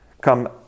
come